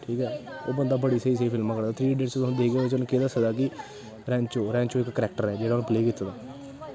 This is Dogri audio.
ठीक ऐ ओह् बंदा बड़ी स्हेई स्हेई फिल्मां थ्री डी च केह् दस्से दा कि रैंचो रैंचो इक करैक्टर ऐ जेह्ड़ा उ'नें प्ले कीता दा